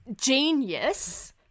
genius